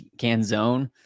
Canzone